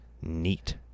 Neat